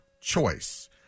choice